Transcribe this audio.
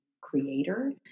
creator